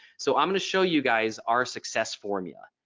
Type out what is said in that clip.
so i'm going to show you guys our success formula.